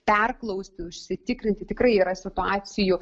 perklausti užsitikrinti tikrai yra situacijų